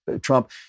Trump